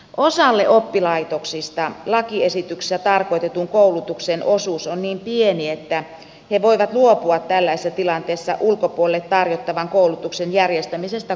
osalle oppilaitoksista lakiesityksessä tarkoitetun koulutuksen osuus on niin pieni että he voivat luopua tällaisessa tilanteessa ulkopuolelle tarjottavan koulutuksen järjestämisestä kokonaan